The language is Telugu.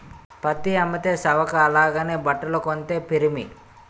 పత్తి అమ్మితే సవక అలాగని బట్టలు కొంతే పిరిమి